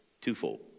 twofold